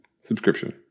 subscription